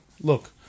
look